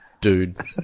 dude